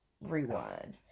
rewind